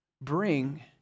bring